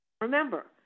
Remember